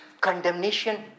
Condemnation